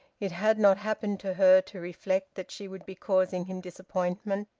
it had not happened to her to reflect that she would be causing him disappointment.